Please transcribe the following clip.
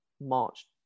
March